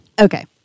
Okay